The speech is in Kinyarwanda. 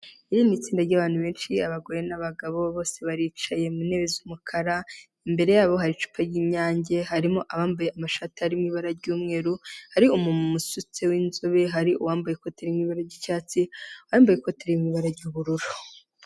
Iri ni itsinda ry'abantu benshi, abagore n'abagabo, bose baricaye mu ntebe z'umukara, imbere yabo hari icupa ry'inyange, harimo abambaye amashati ari mu ibara ry'umweru, hari umumama umusutse w'inzobe, hari uwambaye ikoti riri mu ibara ry'icyatsi, uwambaye ikoti riri mu ibara ry'ubururu.